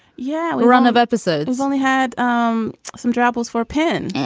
yeah. we run of episodes. only had um some troubles for pin.